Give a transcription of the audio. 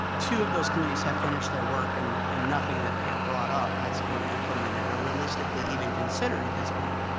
two of those committees have finished their work and and nothing that they have brought up has been implemented or realistically even considered at this point,